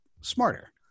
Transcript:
smarter